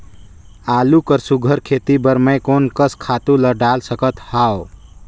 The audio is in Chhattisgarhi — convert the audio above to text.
आलू कर सुघ्घर खेती बर मैं कोन कस खातु ला डाल सकत हाव?